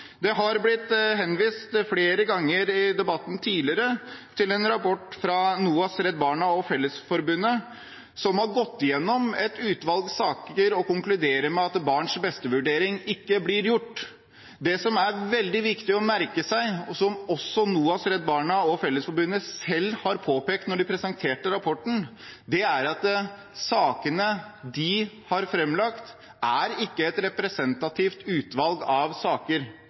Flere ganger tidligere i debatten er det vist til en rapport fra NOAS, Redd Barna og Fellesforbundet, som har gått igjennom et utvalg saker og konkludert med at barns-beste-vurderinger ikke blir gjort. Noe det er veldig viktig å merke seg, og som NOAS, Redd Barna og Fellesforbundet selv påpekte da de presenterte rapporten, er at sakene de har framlagt, ikke er et representativt utvalg av saker.